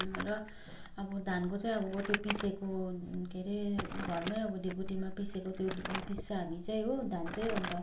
र अब धानको चाहिँ अब त्यो पिसेको के रे घरमै अब ढिकुटीमा पिसेको त्यो पिस्छ हामी चाहिँ हो धान चाहिँ अन्त